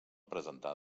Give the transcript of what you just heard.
presentar